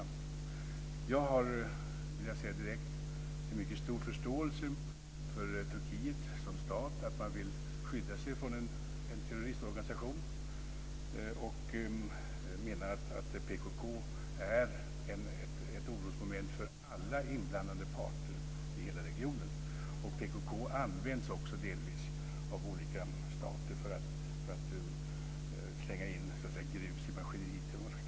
Jag vill direkt säga att jag har en mycket stor förståelse för att Turkiet som stat vill skydda sig från en terroristorganisation och menar att PKK är ett orosmoment för alla inblandade parter i hela regionen. PKK används också delvis av olika stater för att så att säga slänga in grus i maskineriet.